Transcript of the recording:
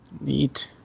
neat